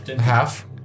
Half